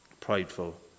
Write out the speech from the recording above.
prideful